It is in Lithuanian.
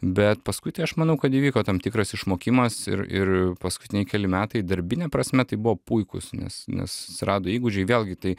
bet paskui tai aš manau kad įvyko tam tikras išmokimas ir ir paskutiniai keli metai darbine prasme tai buvo puikūs nes nes atsirado įgūdžiai vėlgi tai